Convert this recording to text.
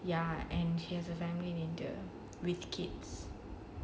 ya and she has a family in india with kids